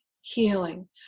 healing